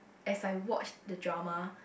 as I watched the drama